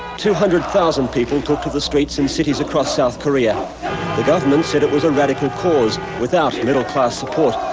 two hundred thousand people took to the streets and cities across south korea. the government said it was a radical cause, without middle class support.